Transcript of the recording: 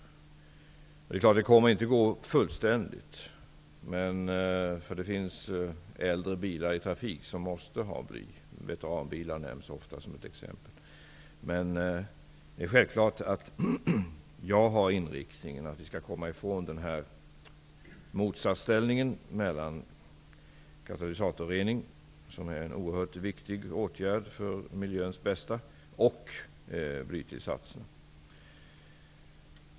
Det är klart att det inte kommer att vara möjligt att fullständigt avskaffa blytillsatserna, för det finns äldre bilar i trafik som kräver bly. Ett exempel som ofta nämns är veteranbilarna. Självfallet har jag inriktningen att vi skall komma ifrån motsatsställningen när det gäller dels katalysatorreningen, som är en oerhört viktigt åtgärd för miljöns bästa, dels blytillsatserna.